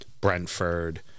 Brentford